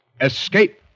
Escape